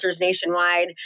nationwide